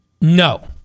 No